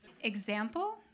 Example